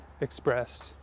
expressed